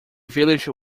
village